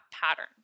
pattern